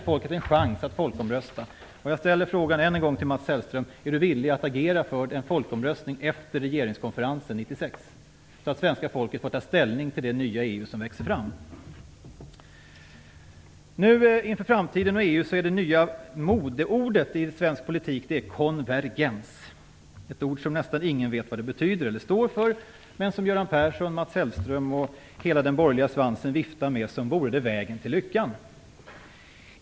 Jag ställer än en gång frågan: Är Mats Hellström villig att agera för en folkomröstning efter regeringskonferensen 1996 så att svenska folket kan ta ställning till den nya EU som växer fram? Inför framtiden är det nya modeordet i svensk politik konvergens, ett ord som nästan ingen vet vad det betyder eller står för men som Göran Persson, Mats Hellström och hela den borgerliga svansen viftar med som vore det vägen till lyckan.